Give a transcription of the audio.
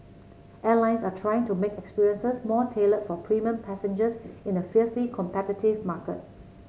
airlines are trying to make experiences more tailored for premium passengers in a fiercely competitive market